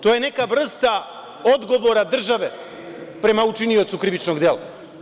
To je neka vrsta odgovora države prema učiniocu krivičnog dela.